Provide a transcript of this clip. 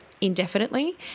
indefinitely